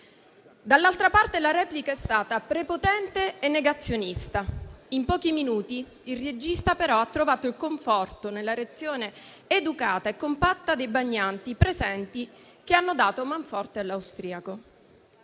dall'altra parte, la replica è stata prepotente e negazionista. In pochi minuti, però, il regista ha trovato il conforto nella reazione educata e compatta dei bagnanti presenti, che hanno dato manforte all'austriaco.